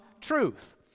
truth